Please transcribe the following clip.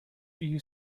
you